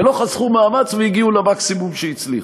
ולא חסכו מאמץ והגיעו למקסימום שהצליחו.